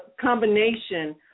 combination